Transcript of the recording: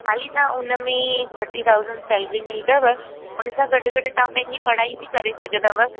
हाली तव्हां उन में थटी थाउसंड सेलेरी मिलंदव हुन सां गॾु गॾु तव्हां पंहिंजी पढ़ाई बि करे सघंदव